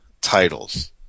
titles